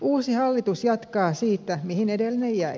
uusi hallitus jatkaa siitä mihin edellinen jäi